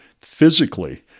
physically